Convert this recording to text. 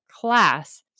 class